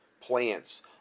plants